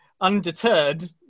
undeterred